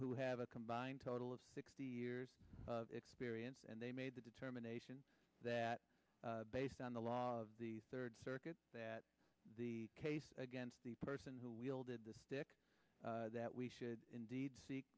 who have a combined total of sixty years of experience and they made the determination that based on the law of the third circuit that the case against the person who wielded the stick that we should indeed seek